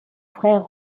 frère